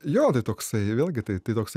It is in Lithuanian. jo tai toksai vėlgi tai toks